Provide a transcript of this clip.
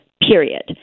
period